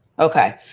Okay